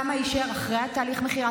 כמה יישארו אחרי תהליך המכירה?